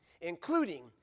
including